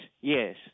yes